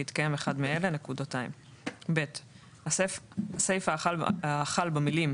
בהתקיים אחד מאלה:"; (ב)הסיפה החל במילים